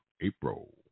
April